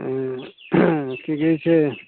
ओ कि कहै छै